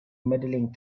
medaling